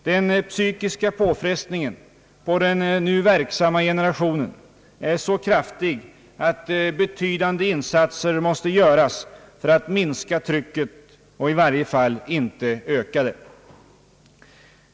Den psykiska påfrestningen på den nu verksamma generationen är så kraftig att betydande insatser måste göras för att minska trycket och i varje fall inte öka det.